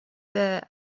there